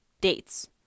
dates